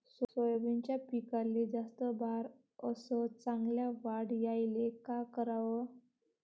सोयाबीनच्या पिकाले जास्त बार अस चांगल्या वाढ यायले का कराव?